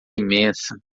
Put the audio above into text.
imensa